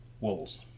Wolves